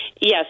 Yes